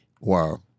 Wow